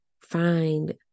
find